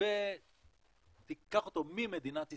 ותיקח אותו ממדינת ישראל,